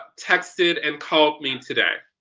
texted and called me today.